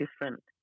different